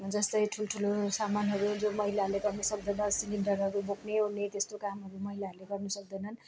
जस्तै ठुल्ठुलो सामानहरू जो महिलाले पनि सक्दैन सिलिन्डरहरू बोक्नेओर्ने त्यस्तो कामहरू महिलाहरूले गर्नु सक्दैनन्